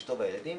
אשתו והילדים,